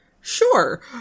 Sure